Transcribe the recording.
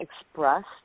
expressed